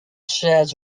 share